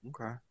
Okay